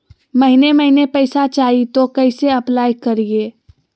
महीने महीने पैसा चाही, तो कैसे अप्लाई करिए?